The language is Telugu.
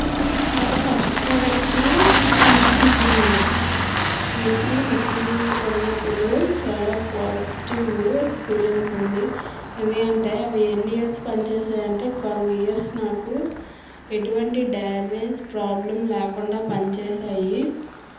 నాకు ఫస్ట్ ప్రోడక్టు మిక్సీ గిన్నెలు మిక్సీ మిక్సీ గిన్నెలు కొన్నప్పుడు చాలా పాసిటివ్ ఎక్స్పీరియన్స్ ఉంది ఎందుకంటే అవి ఎన్ని ఇయర్స్ పని చేసాయి అంటే ట్వల్వ్ ఇయర్స్ నాకు ఎటువంటి డ్యామేజ్ ప్రోబ్లం లేకుండా పనిచేసాయి